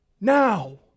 now